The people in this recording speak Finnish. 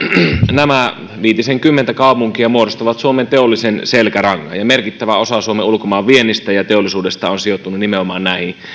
nämä viitisenkymmentä kaupunkia muodostavat suomen teollisen selkärangan merkittävä osa suomen ulkomaanviennistä ja teollisuudesta on sijoittunut nimenomaan näihin